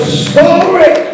story